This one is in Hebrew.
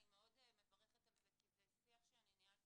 אני מאוד מברכת על זה כי זה שיח שאני ניהלתי